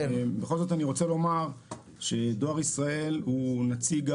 בכל זאת אני רוצה לומר שדואר ישראל הוא נציג